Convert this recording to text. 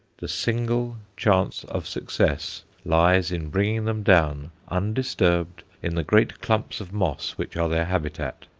the single chance of success lies in bringing them down, undisturbed, in the great clumps of moss which are their habitat,